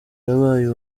yabaye